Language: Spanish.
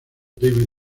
david